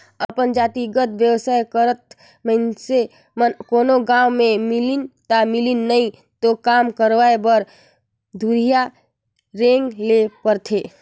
अपन जातिगत बेवसाय करत मइनसे मन कोनो गाँव में मिलिन ता मिलिन नई तो काम करवाय बर दुरिहां रेंगें ले परथे